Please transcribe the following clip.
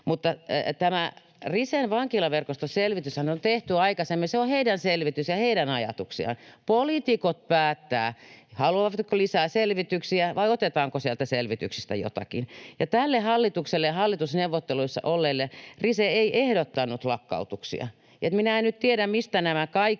Tämä Risen vankilaverkoston selvityshän on tehty aikaisemmin. Se on heidän selvityksensä ja heidän ajatuksiaan. Poliitikot päättävät, haluavatko lisää selvityksiä vai otetaanko sieltä selvityksistä jotakin. Tälle hallitukselle, hallitusneuvotteluissa olleille, Rise ei ehdottanut lakkautuksia. Että minä en nyt tiedä, mistä nämä kaikki